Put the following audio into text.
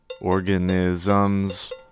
organisms